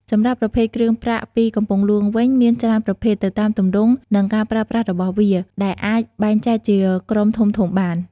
សម្រាប់ប្រភេទគ្រឿងប្រាក់ពីកំពង់ហ្លួងវិញ មានច្រើនប្រភេទទៅតាមទម្រង់និងការប្រើប្រាស់របស់វា ដែលអាចបែងចែកជាក្រុមធំៗបាន។